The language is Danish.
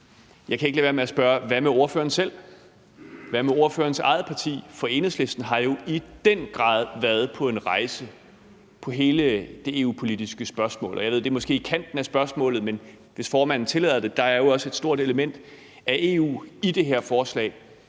jeg kan ikke lade være med at spørge: Hvad med ordføreren selv? Hvad med ordførerens eget parti? Enhedslisten har jo i den grad været på en rejse i hele det EU-politiske spørgsmål. Og jeg ved, det måske er i kanten af spørgsmålet, men hvis formanden tillader det, vil jeg sige, at der jo også er et stort element af EU i det her forslag.